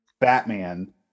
Batman